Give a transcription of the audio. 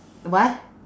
what